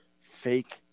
fake